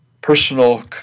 personal